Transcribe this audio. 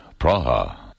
Praha